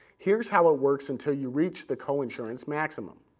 here's how it works until you reach the coinsurance maximum.